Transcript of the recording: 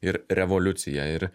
ir revoliuciją ir